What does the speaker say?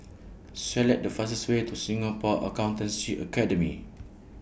Select The fastest Way to Singapore Accountancy Academy